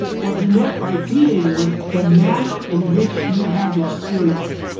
what he meant by being was the manner in which you have experience.